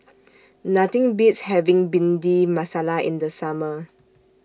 Nothing Beats having Bhindi Masala in The Summer